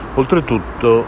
oltretutto